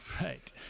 right